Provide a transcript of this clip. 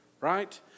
Right